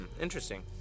interesting